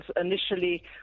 initially